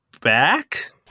back